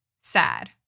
sad